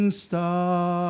star